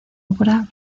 obra